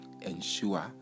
ensure